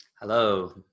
Hello